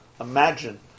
Imagine